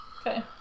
Okay